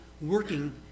working